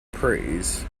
praise